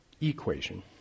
Equation